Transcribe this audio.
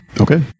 Okay